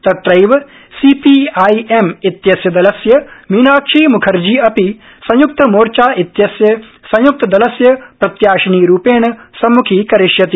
तत्रैव सीपीआईएम इत्यस्य दलस्य मीनाक्षी मुखर्जी अपि संयुक्त मोर्चा इत्यस्य संयुक्तदलस्य प्रत्याशिनीरूपेण सम्मुखीकरिष्यति